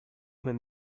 when